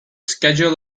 schedule